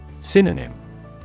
Synonym